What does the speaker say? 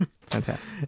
Fantastic